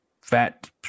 fat